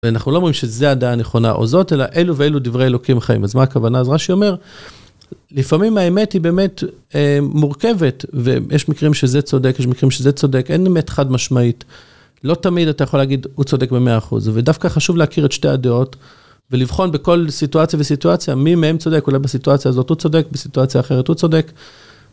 ואנחנו לא אומרים שזה הדעה הנכונה או זאת, אלא אלו ואלו דברי אלוקים חיים. אז מה הכוונה? אז רש"י אומר, לפעמים האמת היא באמת מורכבת, ויש מקרים שזה צודק, יש מקרים שזה צודק, אין אמת חד משמעית. לא תמיד אתה יכול להגיד, הוא צודק ב-100 אחוז. ודווקא חשוב להכיר את שתי הדעות, ולבחון בכל סיטואציה וסיטואציה, מי מהם צודק, אוחי בסיטואציה הזאת הוא צודק, בסיטואציה אחרת הוא צודק.